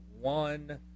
One